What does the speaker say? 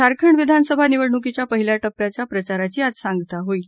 झारखंड विधानसभा निवडणुकीच्या पहिल्या टप्प्याचा प्रचाराची आज सांगता होईल